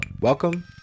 welcome